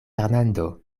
fernando